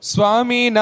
Swami